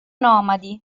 nomadi